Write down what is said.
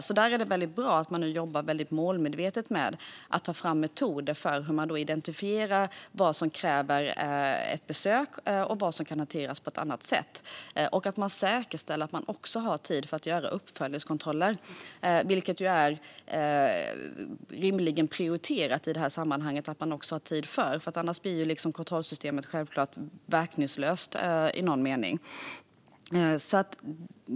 Det är därför bra att man nu jobbar målmedvetet med att ta fram metoder för att identifiera vad som kräver ett besök och vad som kan hanteras på ett annat sätt och att man säkerställer att man också har tid att göra uppföljningskontroller. Det är i detta sammanhang rimligen prioriterat att man har tid för detta, för annars blir kontrollsystemet självklart i någon mening verkningslöst.